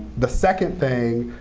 the second thing,